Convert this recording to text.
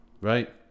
right